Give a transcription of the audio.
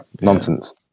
nonsense